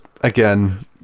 again